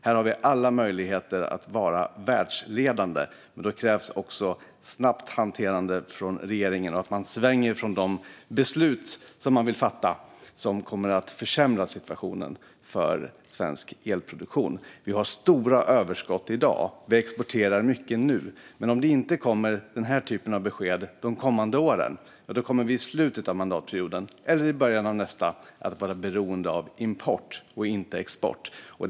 Här har vi alla möjligheter att vara världsledande, men då krävs en snabb hantering av regeringen och att man svänger från de beslut man vill fatta som kommer att försämra situationen för svensk elproduktion. Vi har stora överskott i dag och exporterar mycket. Men om det inte kommer besked av denna typ de kommande åren kommer vi i slutet av mandatperioden, eller i början av nästa, att vara beroende av import och inte kunna exportera.